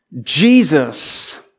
Jesus